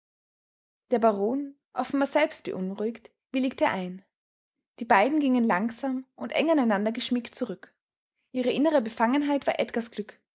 der baron offenbar selbst beunruhigt willigte ein die beiden gingen langsam und eng aneinander geschmiegt zurück ihre innere befangenheit war edgars glück